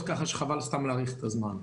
אז ככה שחבל סתם להאריך את הזמן.